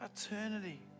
Eternity